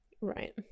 Right